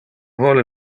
vole